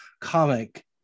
comic